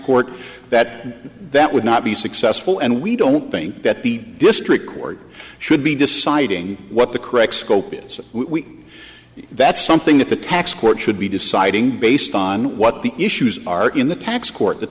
court that that would not be successful and we don't think that the district court should be deciding what the correct scope is we that's something that the tax court should be deciding based on what the issues are in the tax court the